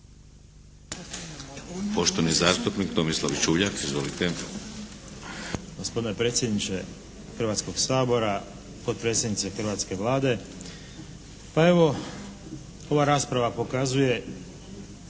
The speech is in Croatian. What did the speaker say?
Poštovani zastupnik Tomislav Čuljak. Izvolite!